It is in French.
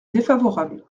défavorable